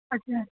अच्छा